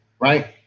right